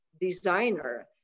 designer